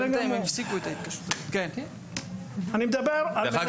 אני אדבר גם